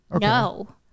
no